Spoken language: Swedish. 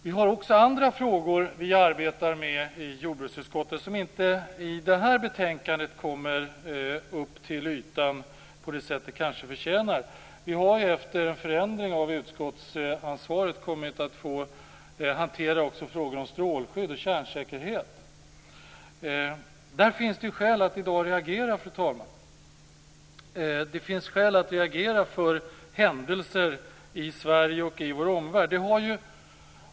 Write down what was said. Vi har också andra frågor som vi arbetar med i jordbruksutskottet men som inte kommer fram i det här betänkandet på det sätt som de kanske förtjänar. Vi har efter en förändring av utskottsansvaret kommit att få hantera också frågan om strålskydd och kärnsäkerhet. Där finns skäl att i dag reagera, fru talman. Det finns skäl att reagera över händelser i Sverige och i vår omvärld.